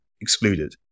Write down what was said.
excluded